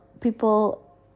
people